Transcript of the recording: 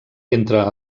entre